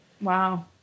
Wow